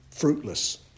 Fruitless